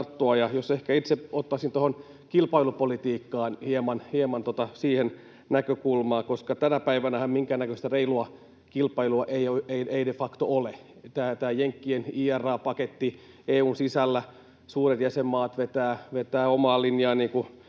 Itse ehkä ottaisin tuohon kilpailupolitiikkaan hieman näkökulmaa, koska tänä päivänähän minkäännäköistä reilua kilpailua ei de facto ole. On tämä jenkkien IRA-paketti, EU:n sisällä suuret jäsenmaat vetävät omaa linjaa,